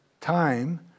time